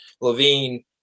Levine